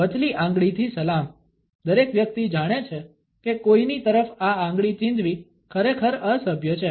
વચલી આંગળીથી સલામ દરેક વ્યક્તિ જાણે છે કે કોઈની તરફ આ આંગળી ચીંધવી ખરેખર અસભ્ય છે